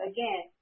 Again